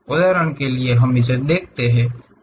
उदाहरण के लिए हम इसे देखते हैं